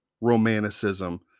Romanticism